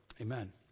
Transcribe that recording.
Amen